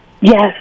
Yes